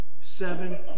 seven